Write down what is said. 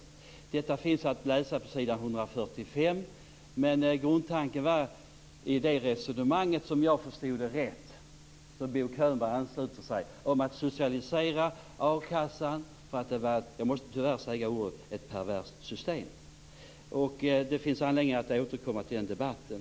Detta finns att läsa på s. 145. Men grundtanken i det resonemanget, som Bo Könberg anslöt sig till, var, om jag förstod det rätt, att man skulle socialisera a-kassan för att det var ett - jag måste tyvärr använda ordet - perverst system. Det finns anledning att återkomma till den debatten.